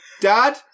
dad